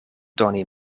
doni